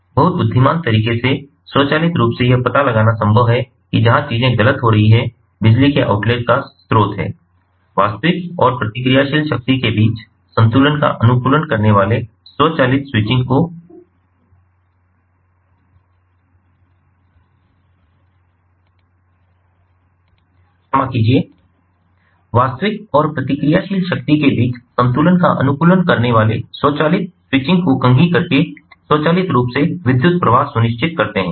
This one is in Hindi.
बहुत बुद्धिमान तरीके से स्वचालित रूप से यह पता लगाना संभव है कि जहां चीजें गलत हो रही हैं बिजली के आउटेज का स्रोत क्या है वास्तविक और प्रतिक्रियाशील शक्ति के बीच संतुलन का अनुकूलन करने वाले स्वचालित स्विचिंग को कंघी करके स्वचालित रूप से विद्युत प्रवाह सुनिश्चित करते हैं